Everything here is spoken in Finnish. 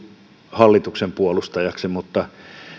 hallituksen puolustajaksi mutta